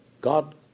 God